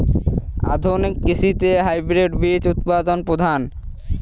আধুনিক কৃষিতে হাইব্রিড বীজ উৎপাদন প্রধান